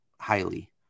highly